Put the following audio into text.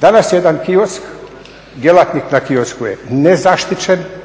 Danas je jedan kiosk, djelatnik na kiosku je nezaštićen,